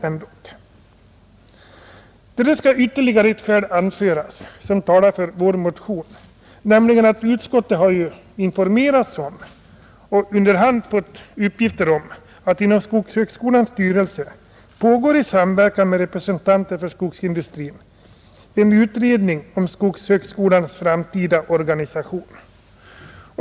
Till detta skall ytterligare ett skäl anföras, vilket talar för vår motion, nämligen att utskottet informerats och under hand fått uppgifter om att det inom skogshögskolans styrelse i samverkan med representanter för skogsindustrin pågår en utredning om skogshögskolans framtida organisation.